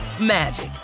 magic